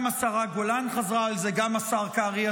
גם השרה גולן חזרה על זה, גם השר קרעי.